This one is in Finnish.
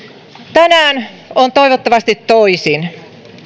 tänään on toivottavasti toisin